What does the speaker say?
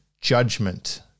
judgment